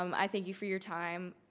um i thank you for your time.